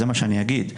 זה מה שאני אגיד.